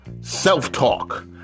self-talk